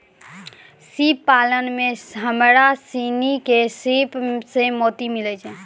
सिप पालन में हमरा सिनी के सिप सें मोती मिलय छै